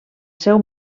seu